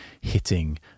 hitting